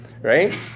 Right